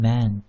Man